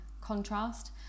contrast